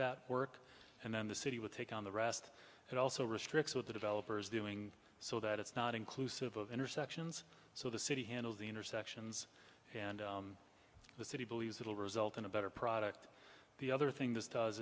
that work and then the city would take on the rest it also restricts what the developers doing so that it's not inclusive of intersections so the city handles the intersections and the city believes it will result in a better product the other thing this does